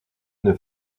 une